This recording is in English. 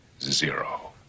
zero